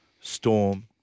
Storm